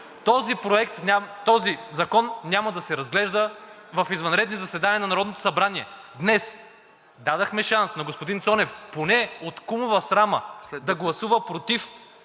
„Този закон няма да се разглежда в извънредни заседания на Народното събрание.“ Днес дадохме шанс на господин Цонев поне от кумова срама да гласува против